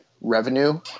revenue